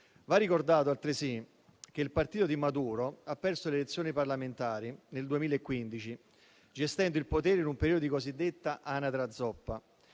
Va ricordato altresì che il partito di Maduro ha perso le elezioni parlamentari nel 2015, gestendo il potere in un periodo di cosiddetta "anatra zoppa"